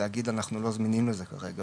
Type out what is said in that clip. להגיד אנחנו לא זמינים לזה כרגע.